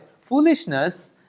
foolishness